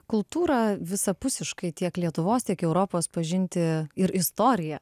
kultūrą visapusiškai tiek lietuvos tiek europos pažinti ir istoriją